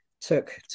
took